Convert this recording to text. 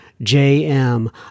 JM